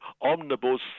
omnibus